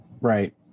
right